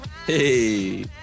Hey